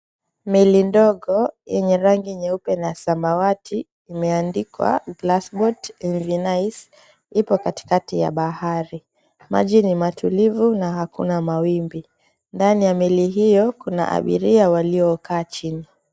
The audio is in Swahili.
Meli ndogo yenye rangi nyeupe na ya samawati imeandikwa, Glass Boat Mv Nice, ipo katikati ya bahari. Maji ni matulivu na hakuna mawimbi. Ndani ya meli hio kuna abiria waliokaa chini.